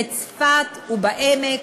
בצפת וב"עמק",